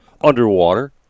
underwater